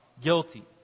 guilty